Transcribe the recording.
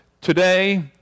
today